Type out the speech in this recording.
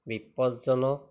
বিপদজনক